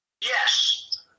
Yes